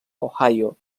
ohio